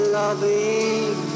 loving